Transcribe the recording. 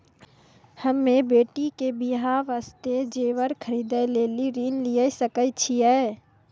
हम्मे बेटी के बियाह वास्ते जेबर खरीदे लेली ऋण लिये सकय छियै?